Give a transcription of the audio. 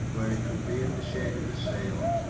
where he could be in the shade of the sail.